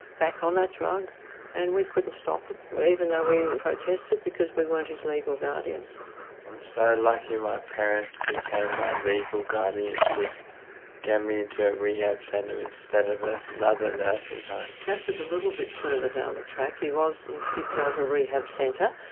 back on that drug and we couldn't stop it even though we protested because we weren't his legal guardians. i'm so lucky my parents became my legal guardians to get me into a rehab centre instead of ah another nursing home. that was a little bit further down the track, he did go to a rehab centre,